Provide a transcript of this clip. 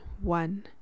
one